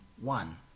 one